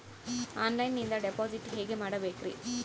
ಆನ್ಲೈನಿಂದ ಡಿಪಾಸಿಟ್ ಹೇಗೆ ಮಾಡಬೇಕ್ರಿ?